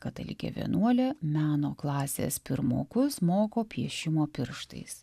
katalikė vienuolė meno klasės pirmokus moko piešimo pirštais